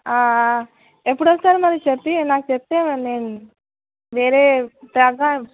ఎప్పుడు వస్తారు మరి చెప్పి నాకు చెప్తే నేను వేరే లాగా